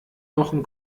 wochen